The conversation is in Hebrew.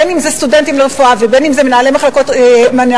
בין אם זה סטודנטים לרפואה ובין אם זה מנהלי מחלקות בכירים,